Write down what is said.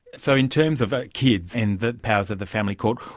so in terms of ah kids in the powers of the family court,